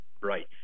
Right